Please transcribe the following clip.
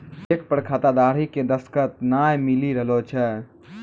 cheque पर खाताधारी के दसखत नाय मिली रहलो छै